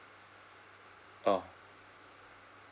oh